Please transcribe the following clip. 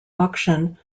action